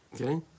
okay